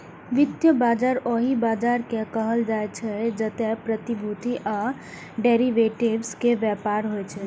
वित्तीय बाजार ओहि बाजार कें कहल जाइ छै, जतय प्रतिभूति आ डिरेवेटिव्स के व्यापार होइ छै